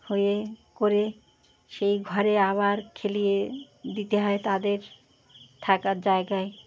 হয়ে করে সেই ঘরে আবার খেলিয়ে দিতে হয় তাদের থাকার জায়গায়